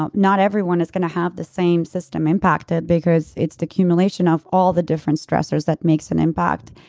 um not everyone is going to have the same system impacted because it's the cumulation of all the different stressors that makes an impact.